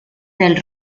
del